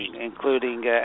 including